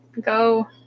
Go